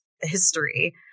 history